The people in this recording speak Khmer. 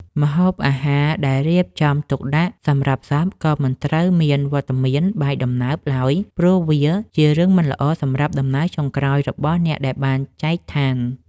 ម្ហូបអាហារដែលរៀបចំទុកសម្រាប់សពក៏មិនត្រូវមានវត្តមានបាយដំណើបឡើយព្រោះវាជារឿងមិនល្អសម្រាប់ដំណើរចុងក្រោយរបស់អ្នកដែលបានចែកឋាន។